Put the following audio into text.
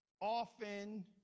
often